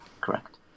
Correct